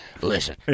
Listen